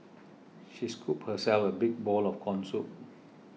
she scooped herself a big bowl of Corn Soup